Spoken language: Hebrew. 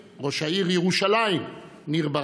השם ייקום דמה, חברתי, שנרצחה בפיגוע